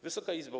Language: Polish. Wysoka Izbo!